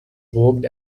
worked